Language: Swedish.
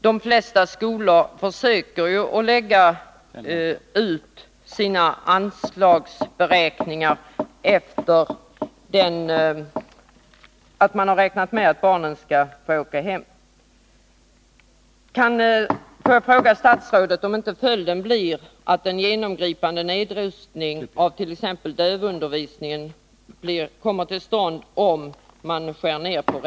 De flesta skolor lägger ju ut sina anslagsberäkningar under förutsättningen att barnen skall få åka hem. Får jag fråga statsrådet om inte följden blir en genomgripande nedrustning t.ex. av dövundervisningen om reseanslagen skärs ner.